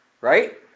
Right